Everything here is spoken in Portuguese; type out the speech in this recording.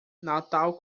natal